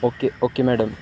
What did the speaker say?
okay okay madam